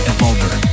Evolver